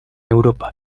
europa